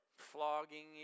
flogging